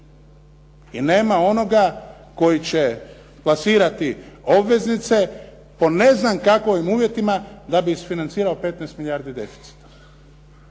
I nema onoga koji će plasirati obveznice po ne znam kakvim uvjetima da bi isfinancirao 15 milijardi deficita.